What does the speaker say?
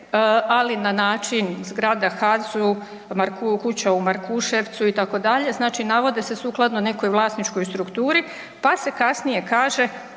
ali na način zgrada HAZU, kuća u Markuševcu itd., znači navode se sukladno nekoj vlasničkoj strukturi pa se kasnije kaže